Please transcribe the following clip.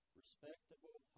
respectable